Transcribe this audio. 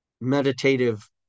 meditative